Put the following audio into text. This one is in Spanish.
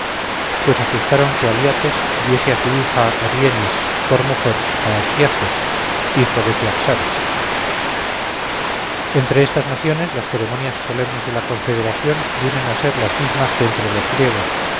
pues ajustaron que aliates diese su hija aryénis por mujer a astiages hijo de ciaxares entre estas naciones las ceremonias solemnes de la confederación vienen a ser las mismas que entre los griegos